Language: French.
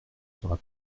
sera